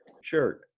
Sure